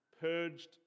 purged